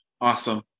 Awesome